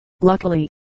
luckily